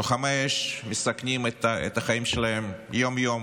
לוחמי האש מסכנים את החיים שלהם יום-יום